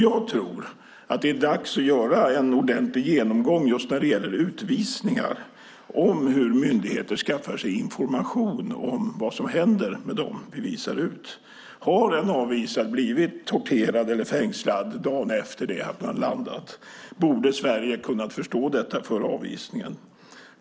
Jag tror att det är dags att göra en ordentlig genomgång just när det gäller utvisningar om hur myndigheter skaffar sig information om vad som händer med dem som vi utvisar. Har en avvisad blivit torterad eller fängslad dagen efter att han har landat borde Sverige ha kunnat förstå detta före avvisningen.